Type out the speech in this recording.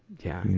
yeah.